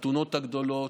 מהחתונות הגדולות,